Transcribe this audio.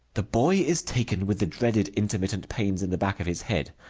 the boy is taken with the dreaded intermittent pains in the back of his head.